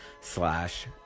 slash